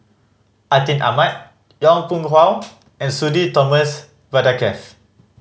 Atin Amat Yong Pung How and Sudhir Thomas Vadaketh